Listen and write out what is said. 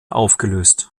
aufgelöst